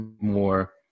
more